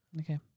Okay